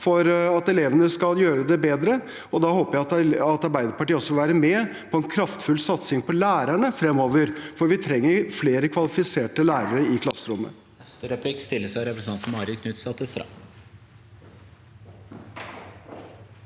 for at elevene skal gjøre det bedre. Da håper jeg at Arbeiderpartiet også vil være med på en kraftfull satsing på lærerne fremover, for vi trenger flere kvalifiserte lærere i klasserommene.